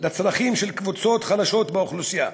לצרכים של קבוצות חלשות באוכלוסייה.